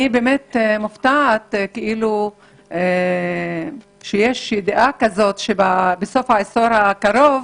אני מופתעת מכך שיש ידיעה שבסוף העשור הקרוב